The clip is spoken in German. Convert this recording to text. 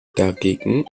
dagegen